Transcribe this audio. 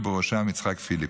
ובראשם יצחק פיליפ.